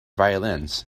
violins